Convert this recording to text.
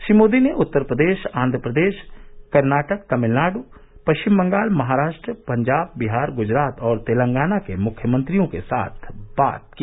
श्री मोदी ने उत्तर प्रदेश आंध्रप्रदेश कर्नाटक तमिलनाडु पश्चिम बंगाल महाराष्ट्र पंजाब बिहार गुजरात और तेलंगाना के मुख्यमंत्रियों के साथ बात की